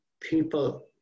people